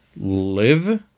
live